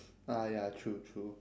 ah ya true true